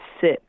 sit